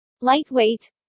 Lightweight